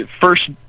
first